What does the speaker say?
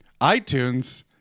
iTunes